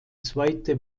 zweite